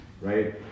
Right